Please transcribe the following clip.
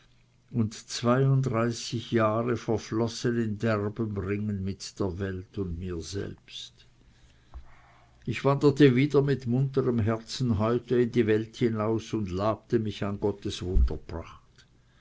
und zweiunddreißig jahre verflossen in derbem ringen mit der welt und mir selbst ich wanderte wieder mit munterem herzen heute in die welt hinaus und labte mich an gottes